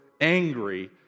angry